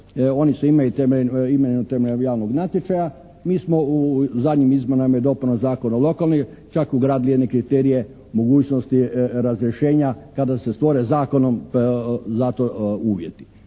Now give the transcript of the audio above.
se ne razumije./… natječaja. Mi smo u zadnjim izmjenama i dopunama Zakona o lokalnoj čak ugradili kriterije, mogućnosti razrješenja kada se stvore zakonom za to uvjeti,